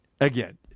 again